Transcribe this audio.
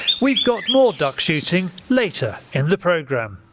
we have got more duck shooting later in the programme.